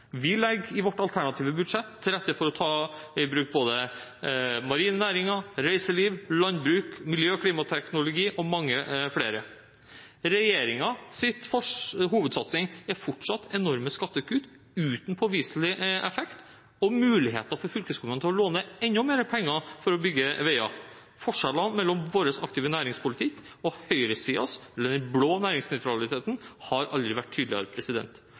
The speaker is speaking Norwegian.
Vi legger i vårt alternative budsjett til rette for å ta i bruk både marine næringer, reiseliv, landbruk, miljø- og klimateknologi og mye mer. Regjeringens hovedsatsing er fortsatt enorme skattekutt uten påviselig effekt og muligheten for fylkeskommunene til å låne enda mer penger for å bygge veier. Forskjellen mellom vår aktive næringspolitikk og høyresidens, den blå næringsnøytraliteten, har aldri vært tydeligere.